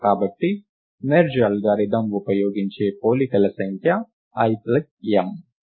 కాబట్టి merge algorithm ఉపయోగించే పోలికల సంఖ్య l ప్లస్ m